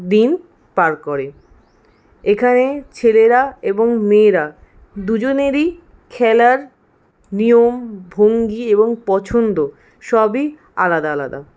দিন পার করে এখানে ছেলেরা এবং মেয়েরা দুজনেরই খেলার নিয়ম ভঙ্গি এবং পছন্দ সবই আলাদা আলাদা